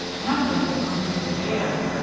and i'm just as hungry as a bear.